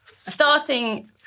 Starting